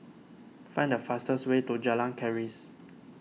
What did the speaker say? find the fastest way to Jalan Keris